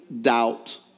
doubt